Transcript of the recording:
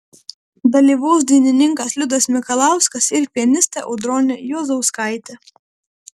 dalyvaus dainininkas liudas mikalauskas ir pianistė audronė juozauskaitė